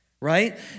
right